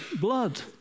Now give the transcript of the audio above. blood